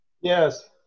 Yes